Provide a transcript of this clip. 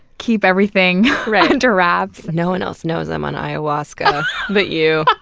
keep everything under wraps. no one else knows i'm on ayahuasca but you.